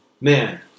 Man